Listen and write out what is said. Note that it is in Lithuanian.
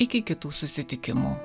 iki kitų susitikimų